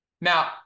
Now